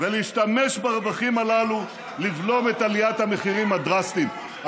ולהשתמש ברווחים הללו לבלום את עליית המחירים הדרסטית.